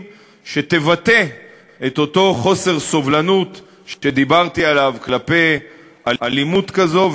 שתבטא את אותו חוסר סובלנות שדיברתי עליו כלפי אלימות כזאת,